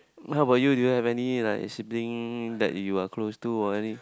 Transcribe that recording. how about you do you have any like siblings that you're close to or any